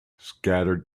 scattered